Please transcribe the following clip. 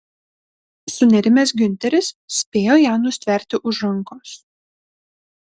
sunerimęs giunteris spėjo ją nustverti už rankos